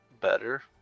better